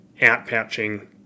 outpouching